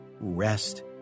Rest